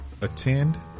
attend